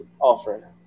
offer